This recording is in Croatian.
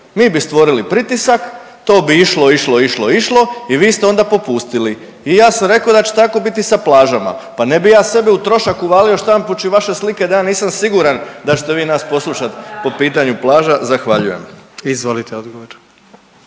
Mi bi stvorili pritisak, to bi išlo, išlo, išlo i išlo i vi ste onda popustili. I ja sam rekao da će tako biti i sa plažama. Pa ne bih ja sebe u trošak uvalio štampajući vaše slike da ja nisam siguran da ćete vi nas poslušat po pitanju plaža. Zahvaljujem. **Jandroković,